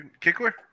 Kickler